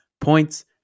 points